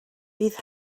bydd